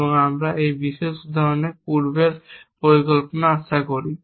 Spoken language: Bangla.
এবং আমরা এই বিশেষ উদাহরণে পূর্বের পরিকল্পনা আশা করি